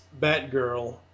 Batgirl